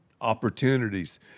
opportunities